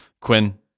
Quinn